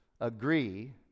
agree